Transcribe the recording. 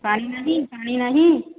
ପାଣି ନାହିଁ ପାଣି ନାହିଁ